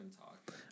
talk